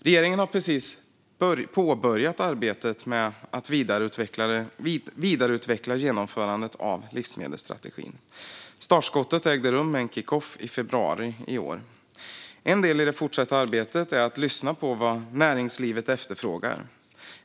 Regeringen har precis påbörjat arbetet med att vidareutveckla genomförandet av livsmedelsstrategin. Startskottet ägde rum med en kickoff i februari i år. En del i det fortsatta arbetet är att lyssna på vad näringslivet efterfrågar.